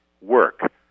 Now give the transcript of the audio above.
work